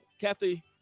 Kathy